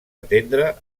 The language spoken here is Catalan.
atendre